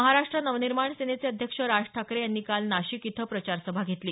महाराष्ट्र नवनिर्माण सेनेचे अध्यक्ष राज ठाकरे यांनी काल नाशिक इथं प्रचारसभा घेतली